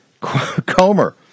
Comer